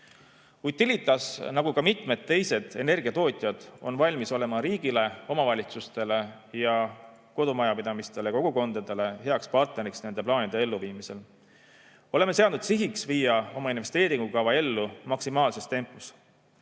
Utilitas, nagu ka mitmed teised energiatootjad, on valmis olema riigile, omavalitsustele, kodumajapidamistele ja muudele kogukondadele hea partner nende plaanide elluviimisel. Oleme seadnud sihiks viia oma investeeringukava ellu maksimaalses tempos.